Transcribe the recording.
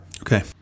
Okay